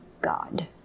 God